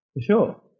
sure